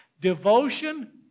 Devotion